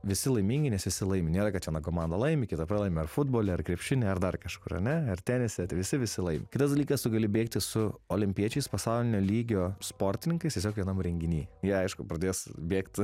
visi laimingi nes visi laimi nėra kad čia viena komanda laimi kita pralaimi ar futbole ar krepšiny ar dar kažkur ar ne ar tenise visi visi laimi kitas dalykas tu gali bėgti su olimpiečiais pasaulinio lygio sportininkais tiesiog vienam renginį jie aišku pradės bėgt